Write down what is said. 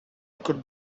could